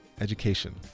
education